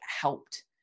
helped